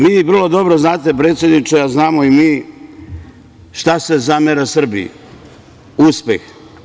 Vi vrlo dobro znate, predsedniče, a znamo i mi, šta se zamera Srbiji – uspeh.